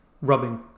rubbing